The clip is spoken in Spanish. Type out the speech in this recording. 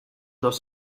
dos